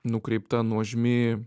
nukreipta nuožmi